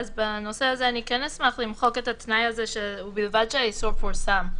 אז בנושא הזה אני אשמח למחוק את התנאי "ובלבד שהאיסור פורסם".